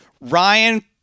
Ryan